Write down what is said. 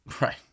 Right